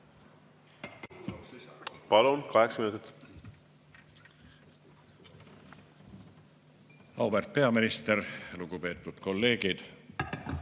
Palun, kaheksa minutit! Auväärt peaminister! Lugupeetud kolleegid!